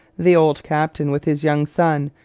the old captain, with his young son,